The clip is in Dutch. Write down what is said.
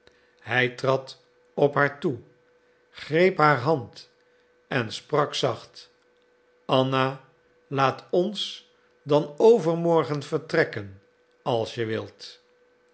hij trad op haar toe greep haar hand en sprak zacht anna laat ons dan overmorgen vertrekken als je wilt